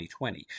2020